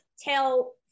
tell